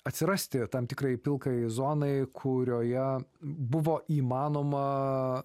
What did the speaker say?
atsirasti tam tikrai pilkajai zonai kurioje buvo įmanoma